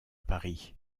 paris